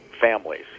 families